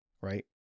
right